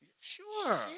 Sure